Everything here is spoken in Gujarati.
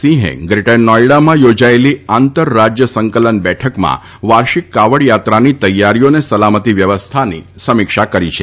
સિંહે ગ્રેટર નોઇડામાં યોજાયેલી આંતર રાજ્ય સંકલન બેઠકમાં વાર્ષિક કાવડ યાત્રાની તૈયારીઓ તથા સલામતી વ્યવસ્થાની સમીક્ષા કરી હતી